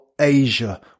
Asia